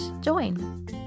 join